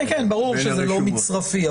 כן, ברור שזה לא מצרפי.